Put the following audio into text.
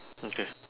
okay